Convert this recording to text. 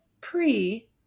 pre